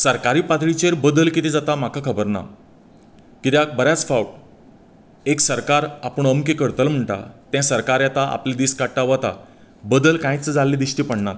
सरकारी पातळिचेर बदल कितें जाता म्हाका खबर ना किद्याक बऱ्याच फावट एक सरकार आपूण अमकें करतलो म्हणटा तें सरकार येता आपलो दीस काडटा वता बदल कांयच जाल्लो दिश्टी पडनात